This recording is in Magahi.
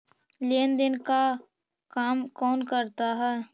लेन देन का काम कौन करता है?